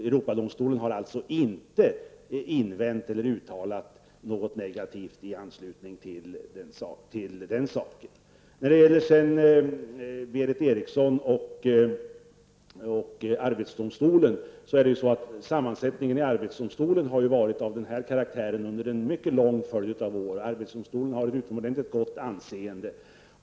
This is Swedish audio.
Europadomstolen har alltså inte uttalat någonting negativt i detta fall. Till Berith Eriksson vill jag säga att arbetsdomstolen haft denna sammansättning under en mycket lång följd av år. Arbetsdomstolen har ett utomordentligt gott anseende.